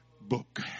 book